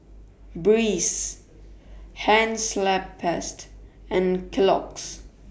Breeze Hansaplast and Kellogg's